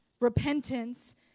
Repentance